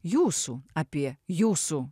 jūsų apie jūsų